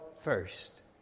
first